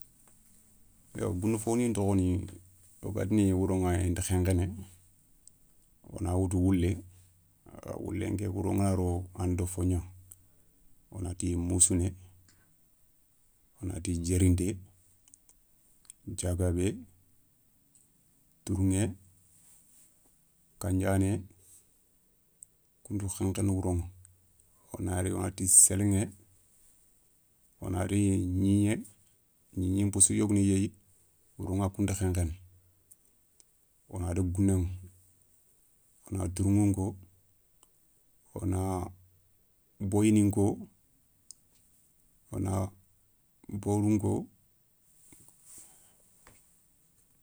Yo goundou fonin tokhoni wo ga tini wouroηa inta khenkhéné wona woutou woulé, woule nké wouro ngana ro a na do fogna, wonati moussouné, wonati djérinté, diagabé, tourηé, kandiané, kounta khenkhéné wouroηa, wonari wonati séliηé wonati gnigné, gnignén possou yogoni yéyi wouroηa kounta khenkhéné. Wo na daga gounéηa wona tourηou nko, wona boyi ni nko, wona borou nko.